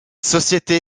société